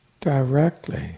Directly